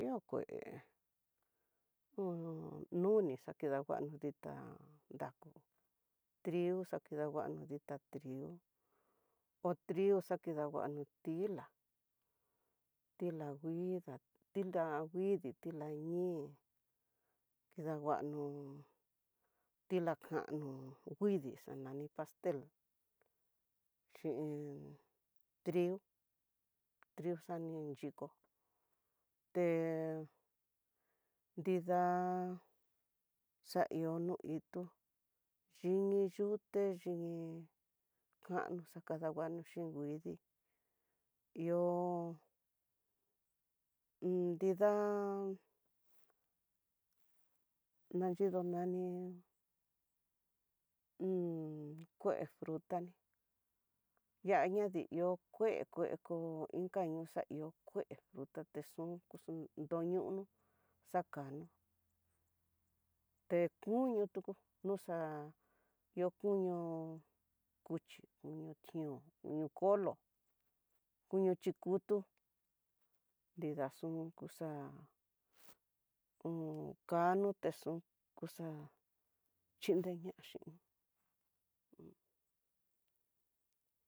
Ihó kué nuni xakidanguano nrida ndaku, dió xakidanguano dita trigo ho trigo xakidanguano ti'la, ti'la nguida, ti'la nguidi, ti'la ñii, kidanguano ti'la kano, kuidi xani pastel xhin trigo, trigo xanin xhiko te nrida xahió no itó ini yute ini kano xakadanguano xhin nguidii, ihó un nrida nanyido nani unn kue fruta ni ñañadi ihó kue kue ko inka ñoo kue fruta texon kuxun gteñono xakano, te kuñu tu nuxa nió kuño cuxhi kuño tión koño konro, kuño chikutu, nrida xunkuxa ho kano texun xa'á xhinreña xin un.